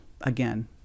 again